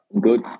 Good